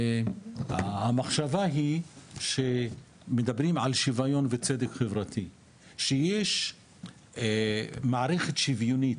המחשבה היא שמדברים על שוויון וצדק חברתי שיש מערכת שוויונית,